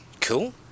cool